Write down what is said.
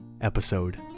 episode